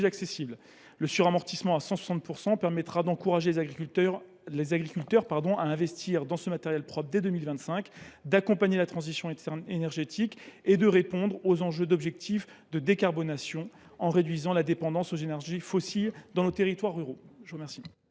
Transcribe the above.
d’un suramortissement de 160 % permettra d’encourager les agriculteurs à investir dans ce matériel propre dès 2025, d’accompagner la transition énergétique et de répondre aux enjeux liés à la décarbonation, en réduisant la dépendance aux énergies fossiles dans nos territoires ruraux.